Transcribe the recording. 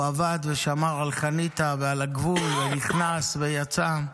הוא עבד ושמר על חניתה ועל הגבול, ונכנס ויצא.